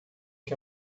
que